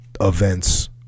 events